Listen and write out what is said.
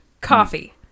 Coffee